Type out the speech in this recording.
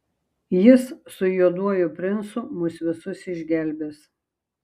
jis su juoduoju princu mus visus išgelbės